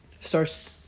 Starts